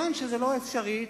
כיוון שזה לא אפשרי,